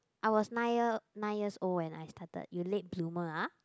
I was nine year nine years old when I started you late bloomer ah